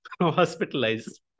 Hospitalized